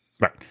Right